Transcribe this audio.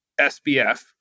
SBF